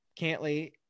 Cantley